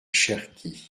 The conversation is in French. cherki